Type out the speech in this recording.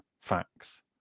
facts